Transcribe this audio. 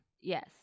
Yes